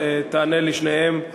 ואתה תענה לשניהם ובזה נסיים.